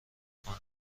کند